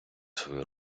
свою